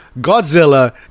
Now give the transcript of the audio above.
Godzilla